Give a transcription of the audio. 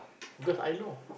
because I know